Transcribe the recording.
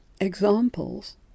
examples